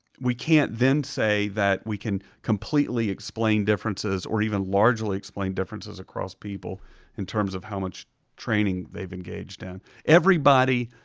we can't then say that we can completely explain differences or even largely explain differences across people in terms of how much training they've engaged in. everybody,